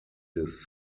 des